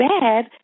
bad